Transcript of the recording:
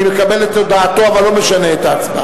אני מקבל את הודעתו, אבל לא משנה את ההצבעה.